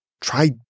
Try